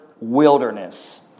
wilderness